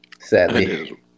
sadly